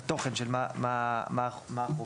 התוכן ולומר מה החובה